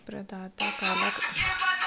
प्रदाता काला कइथे?